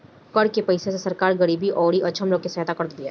कर के पईसा से सरकार गरीबी अउरी अक्षम लोग के सहायता करत बिया